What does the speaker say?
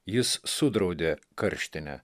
jis sudraudė karštinę